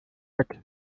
weg